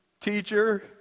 Teacher